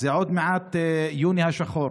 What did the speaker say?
עוד מעט זה כבר יוני השחור.